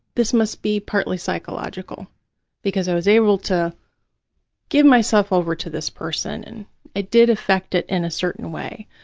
this must be partly psychological because i was able to give myself over to this person and it did affect it in a certain way.